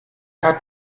hat